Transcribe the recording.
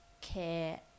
care